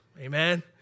Amen